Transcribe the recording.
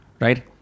right